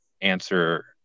answer